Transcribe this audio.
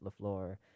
LaFleur